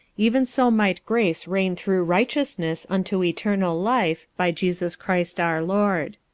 even so might grace reign through righteousness unto eternal life by jesus christ our lord.